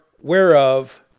whereof